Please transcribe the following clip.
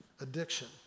Addiction